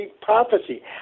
prophecy